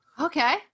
Okay